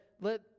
let